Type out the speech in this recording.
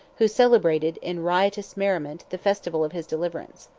who celebrated, in riotous merriment, the festival of his deliverance.